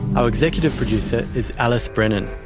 our executive producer is alice brennan.